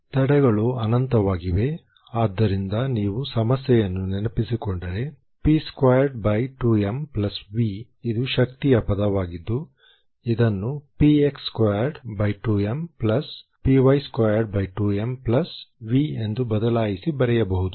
ತಡೆಗಳು ಅನಂತವಾಗಿವೆ ಆದ್ದರಿಂದ ನೀವು ಸಮಸ್ಯೆಯನ್ನು ನೆನಪಿಸಿಕೊಂಡರೆ p22mV ಇದು ಶಕ್ತಿಯ ಪದವಾಗಿದ್ದು ಇದನ್ನು px22mpy22mV ಎಂದು ಬದಲಾಯಿಸಿ ಬರೆಯಬಹುದು